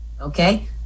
okay